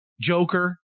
Joker